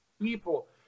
People